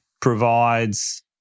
provides